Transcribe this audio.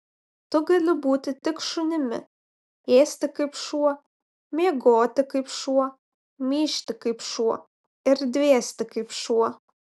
tu gali būti tik šunimi ėsti kaip šuo miegoti kaip šuo myžti kaip šuo ir dvėsti kaip šuo